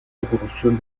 evolución